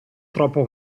troppo